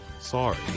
Sorry